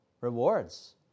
Rewards